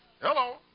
Hello